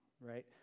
right